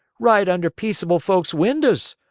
right under peaceable folks' windows?